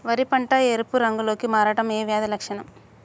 వరి పంట ఎరుపు రంగు లో కి మారడం ఏ వ్యాధి లక్షణం?